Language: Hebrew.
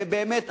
ובאמת,